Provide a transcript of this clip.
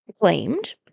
claimed